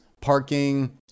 parking